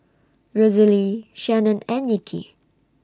Rosalee Shannon and Nikki